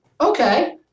Okay